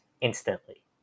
instantly